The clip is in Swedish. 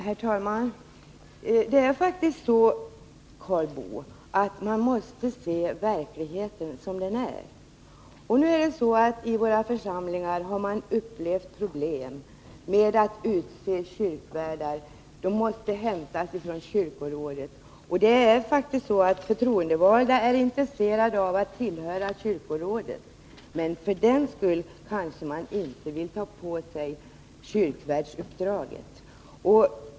Herr talman! Det är faktiskt så, Karl Boo, att man måste se verkligheten som den är. I våra församlingar har man upplevt problem när det gäller att utse kyrkvärdar. De måste hämtas från kyrkorådet. Förtroendevalda är intresserade av att tillhöra kyrkorådet, men för den skull kanske de inte vill ta på sig kyrkvärdsuppdraget.